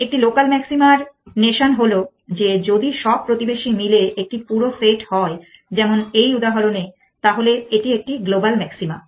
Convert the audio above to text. একটি লোকাল ম্যাক্সিমার নোশান হলো যে যদি সব প্রতিবেশী মিলে একটি পুরো সেট হয় যেমন এই উদাহরণে তাহলে এটি একটি গ্লোবাল ম্যাক্সিমা